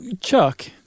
Chuck